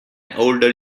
older